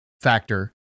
factor